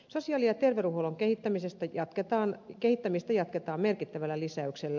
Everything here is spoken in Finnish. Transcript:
sosiaali ja terveydenhuollon kehittämistä jatketaan merkittävällä lisäyksellä